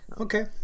Okay